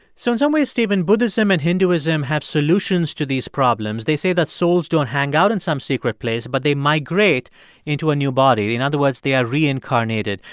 so in some ways, stephen, buddhism and hinduism have solutions to these problems. they say that souls don't hang out in some secret place, but they migrate into a new body. in other words, they are reincarnated.